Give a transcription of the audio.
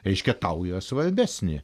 reiškia tau yra svarbesnė